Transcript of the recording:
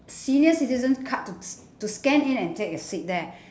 senior citizen's card to s~ to scan in and take a seat there